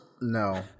No